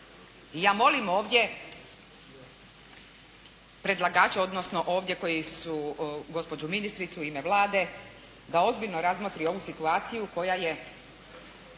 ja molim ovdje predlagača, odnosno ovdje koji su gospođu ministricu u ime Vlade da ozbiljno razmotri ovu situaciju koja je,